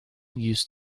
used